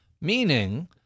meaning